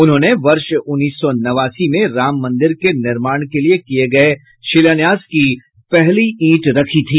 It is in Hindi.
उन्होंने वर्ष उन्नीस सौ नवासी में राम मंदिर के निर्माण के लिए किये गये शिलान्यास की पहली ईंट रखी थी